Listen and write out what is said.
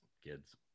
kids